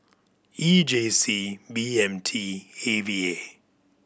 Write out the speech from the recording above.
E J C B M T A V A